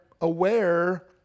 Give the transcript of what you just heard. aware